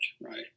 right